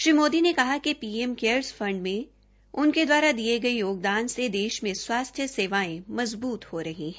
श्री मोदी ने कहा कि पीएम केयरर्स फण्ड में उनके द्वारा दिए गए योगदान से देश्ज्ञ में स्वास्थ्य सेवायें मजबूत हो रही हैं